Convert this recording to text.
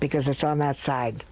because it's on that side